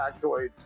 factoids